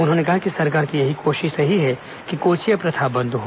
उन्होंने कहा कि सरकार की यही कोशिश रही है कि कोचिया प्रथा बंद हो